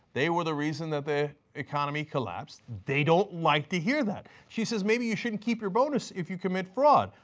they were the reason that the economy collapsed, they don't like to hear that. she says maybe you shouldn't keep your bonus if you commit fraud,